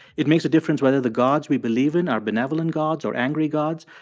it makes a difference whether the gods we believe in are benevolent gods or angry gods.